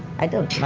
i don't